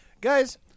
guys